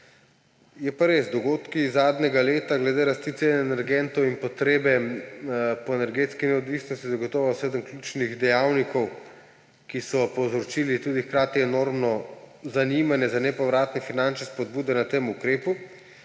Je pa res, dogodki zadnjega leta glede rasti cen energentov in potrebe po energetski neodvisnosti so zagotovo eden ključnih dejavnikov, ki so povzročili tudi hkrati enormno zanimanje za nepovratne finančne spodbude na tem ukrepu,